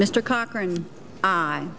mr cochran i